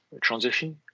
transition